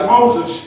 Moses